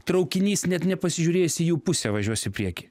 traukinys net nepasižiūrės į jų pusę važiuos į priekį